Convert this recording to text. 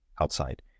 outside